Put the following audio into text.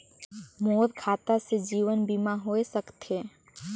मोर खाता से जीवन बीमा होए सकथे?